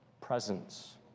presence